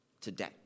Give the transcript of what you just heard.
today